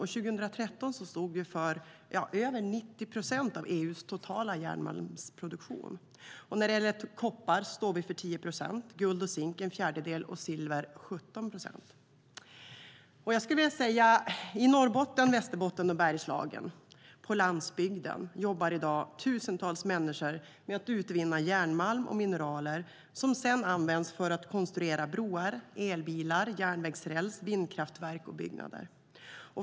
År 2013 stod vi för över 90 procent av EU:s totala järnmalmsproduktion. När det gäller koppar står vi för 10 procent, guld och zink en fjärdedel och silver 17 procent. I Norrbotten, Västerbotten och Bergslagen, på landsbygden, jobbar i dag tusentals människor med att utvinna järnmalm och mineraler som sedan används för att konstruera broar, elbilar, järnvägsräls, vindkraftverk och byggnader.